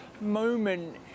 moment